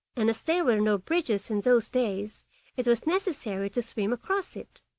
and as there were no bridges in those days it was necessary to swim across it.